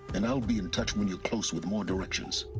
and i'll be in touch when you're close with more directions